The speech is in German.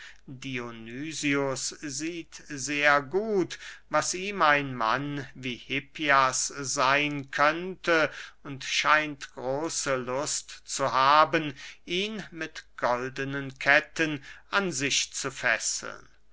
sehr gut was ihm ein mann wie hippias seyn könnte und scheint große lust zu haben ihn mit goldenen ketten an sich zu fesseln